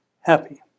happy